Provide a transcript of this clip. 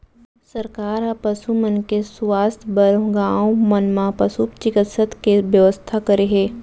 सरकार ह पसु मन के सुवास्थ बर गॉंव मन म पसु चिकित्सा के बेवस्था करे हे